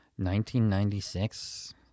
1996